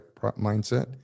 mindset